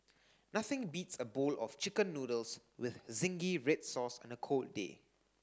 nothing beats a bowl of chicken noodles with zingy red sauce on a cold day